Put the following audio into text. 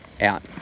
out